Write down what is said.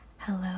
Hello